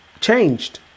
changed